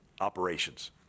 operations